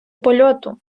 польоту